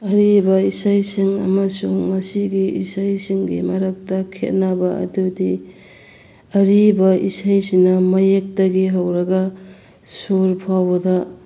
ꯑꯔꯤꯕ ꯏꯁꯩꯁꯤꯡ ꯑꯃꯁꯨꯡ ꯃꯁꯤꯒꯤ ꯏꯁꯩꯁꯤꯡꯒꯤ ꯃꯔꯛꯇ ꯈꯦꯠꯅꯕ ꯑꯗꯨꯗꯤ ꯑꯔꯤꯕ ꯏꯁꯩꯁꯤꯅ ꯃꯌꯦꯛꯇꯒꯤ ꯍꯧꯔꯒ ꯁꯨꯔ ꯐꯥꯎꯕꯗ